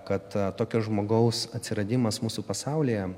kad tokio žmogaus atsiradimas mūsų pasaulyje